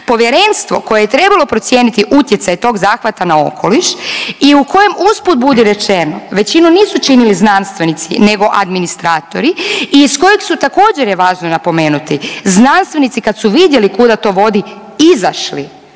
povjerenstvo koje je trebalo procijeniti utjecaj tog zahvata na okoliš i u kojem usput budi rečeno većinu nisu činili znanstvenici nego administratori i iz kojeg su također je važno napomenuti znanstvenici kad su vidjeli kuda to vodi izašli